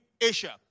Asia